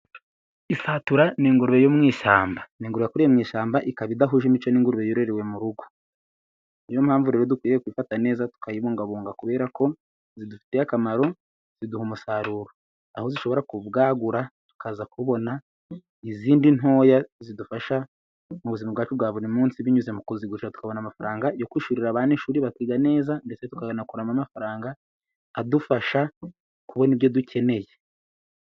Isatura ni ingurube yo mu ishyamba, ni ingurube yakuriye mu ishyamba ikaba idahuje imico n'ingurube yarerewe mu rugo, niyo mpamvu rero dukwiye kuyifata neza tukayibungabunga kubera ko zidufitiye akamaro ziduha umusaruro, aho zishobora kubwagura tukaza kubona izindi ntoya zidufasha mu buzima bwacu bwa buri munsi, binyuze mu kuzigurisha tukabona amafaranga yo kwishyurira abana ishuri bakiga neza, ndetse tukanakuramo amafaranga adufasha kubona ibyo dukeneye.